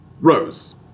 Rose